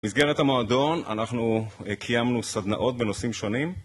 במסגרת המועדון אנחנו קיימנו סדנאות בנושאים שונים..